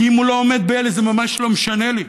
כי אם הוא לא עומד באלה, זה ממש לא משנה לי.